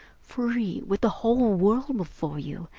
free, with the whole world before you,